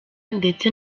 ndetse